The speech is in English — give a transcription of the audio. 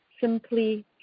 Simply